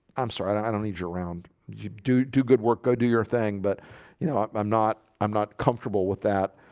i'm sorry i don't i don't need you around you do do good work go do your thing, but you know, i'm i'm not i'm not comfortable with that